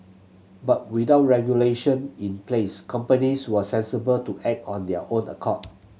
but without regulation in place companies were sensible to act on their own accord